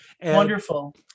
Wonderful